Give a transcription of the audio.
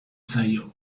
zaio